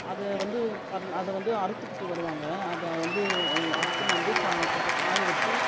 அதை வந்து அது அதை வந்து அறுத்துக்கிட்டு வருவாங்கள் அதை வந்து அறுத்துன்னு வந்து கா கொஞ்சம் காய வச்சு